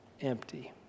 empty